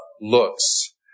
looks